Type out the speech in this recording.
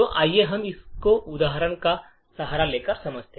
तो आइए इस उदाहरण का सहारा लेकर इसे देखें